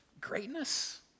greatness